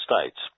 states